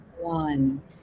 one